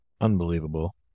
unbelievable